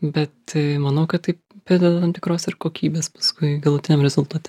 bet manau kad taip prideda tam tikros ir kokybės paskui galutiniam rezultate